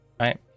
right